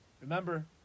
Remember